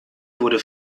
wurde